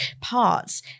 parts